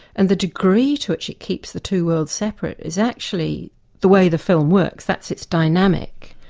and the degree to which it keeps the two worlds separate is actually the way the film works, that's its dynamic.